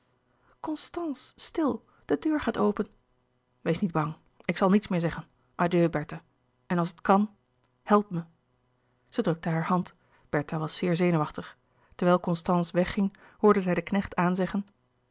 constance stil de deur gaat open wees niet bang ik zal niets meer zeggen adieu bertha en als het kan help me zij drukte hare hand bertha was zeer zenuwachtig terwijl constance wegging hoorde zij den knecht aanzeggen